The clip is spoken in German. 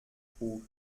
trug